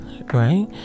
right